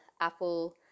Apple